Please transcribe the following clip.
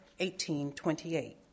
1828